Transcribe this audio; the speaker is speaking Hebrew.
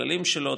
הכללים שלו,